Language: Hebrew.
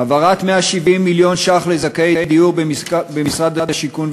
העברת 170 מיליון שקלים לזכאי דיור במשרד השיכון,